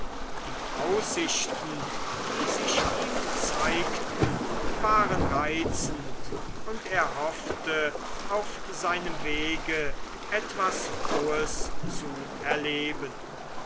die aussichten die sich ihm zeigten waren reizend und er hoffte auf seinem wege etwas frohes zu erleben